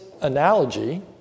analogy